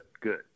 good